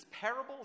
parables